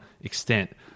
extent